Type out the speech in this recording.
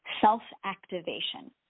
self-activation